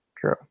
true